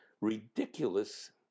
ridiculous